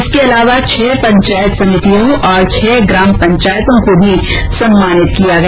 इसके अलावा छह पंचायत समितियों और छह ग्राम पंचायतों को भी सम्मानित किया गया